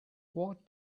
what